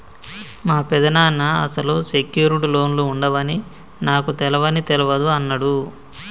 మా పెదనాన్న అసలు సెక్యూర్డ్ లోన్లు ఉండవని నాకు తెలవని తెలవదు అన్నడు